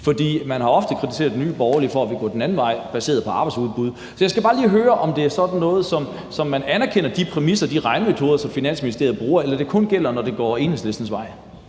For man har ofte kritiseret Nye Borgerlige for at ville gå den anden vej baseret på arbejdsudbud. Er det sådan, at man anerkender de præmisser og de regnemetoder, som Finansministeriet bruger, eller gælder det kun, når det går Enhedslistens vej?